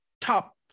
top